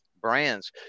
brands